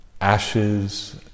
Ashes